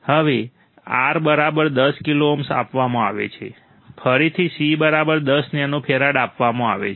હવે R બરાબર 10 kilo ohm આપવામાં આવે છે ફરીથી C બરાબર 10 નેનોફેરાડ આપવામાં આવે છે